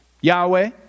Yahweh